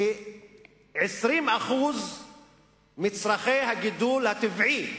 כ-20% מצורכי הגידול הטבעי